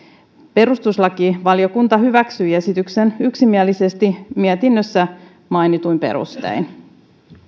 perustuslakivaliokunta hyväksyi esityksen yksimielisesti mietinnössä mainituin perustein